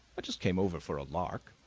i just came over for a lark.